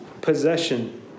possession